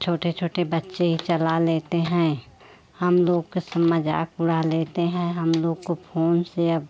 छोटे छोटे बच्चे चला लेते हैं हम लोग के सब मज़ाक उड़ा लेते हैं हम लोग को फोन से अब